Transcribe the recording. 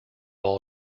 all